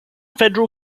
federal